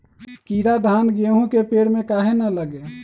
कीरा धान, गेहूं के पेड़ में काहे न लगे?